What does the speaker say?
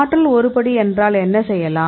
ஆற்றல் ஒரு படி என்றால் என்ன செய்யலாம்